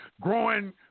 growing